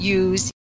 use